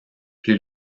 plus